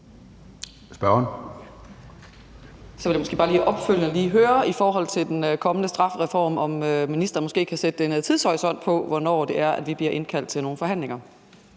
Spørgeren.